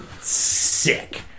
sick